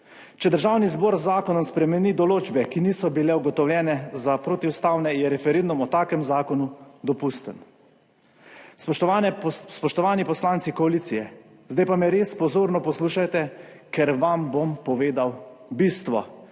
Če Državni zbor z zakonom spremeni določbe, ki niso bile ugotovljene za protiustavne, je referendum o takem zakonu dopusten. Spoštovane, spoštovani poslanci koalicije, zdaj pa me res pozorno poslušajte, ker vam bom povedal bistvo,